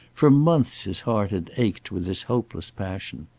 for months his heart had ached with this hopeless passion.